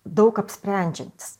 daug apsprendžiantis